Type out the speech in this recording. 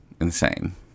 insane